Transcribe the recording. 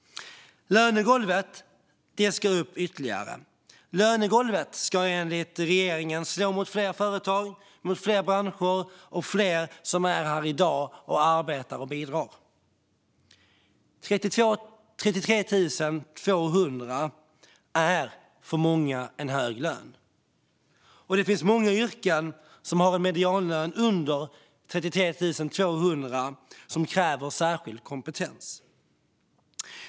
Lönegolvet ska upp ytterligare. Lönegolvet ska enligt regeringen slå mot fler företag, fler branscher och fler som är här i dag och arbetar och bidrar. För många är 33 200 kronor en hög lön. Det finns många yrken som har en medianlön under 33 200 kronor som kräver särskild kompetens.